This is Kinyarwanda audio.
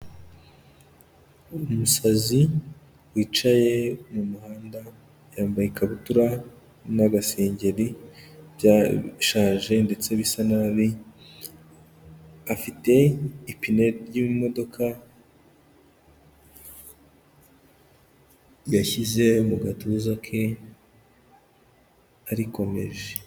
Umusazi wicaye mu muhanda yambaye ikabutura n'agasengeri byashaje ndetse bisa nabi, afite ipine ry'imodoka yashyize mu gatuza ke ariko arikomeje.